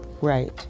Right